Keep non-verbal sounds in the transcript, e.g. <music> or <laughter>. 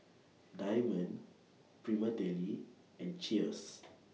Diamond Prima Deli and Cheers <noise>